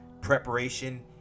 preparation